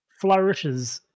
flourishes